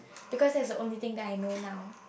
because that is the only thing that I know now